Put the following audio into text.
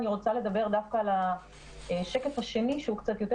אני רוצה לדבר דווקא על השקף השני שהוא קצת יותר